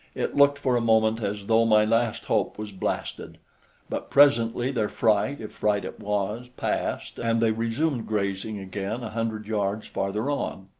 it looked for a moment as though my last hope was blasted but presently their fright, if fright it was, passed, and they resumed grazing again a hundred yards farther on.